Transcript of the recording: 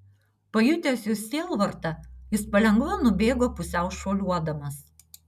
pajutęs jos sielvartą jis palengva nubėgo pusiau šuoliuodamas